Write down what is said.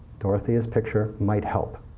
dorothea's picture, might help.